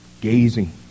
gazing